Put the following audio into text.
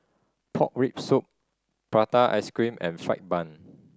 pork rib soup prata ice cream and fried bun